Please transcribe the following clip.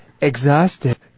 Exhausted